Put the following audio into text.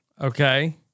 Okay